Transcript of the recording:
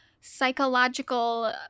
psychological